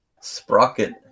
Sprocket